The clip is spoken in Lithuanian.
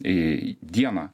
į dieną